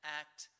act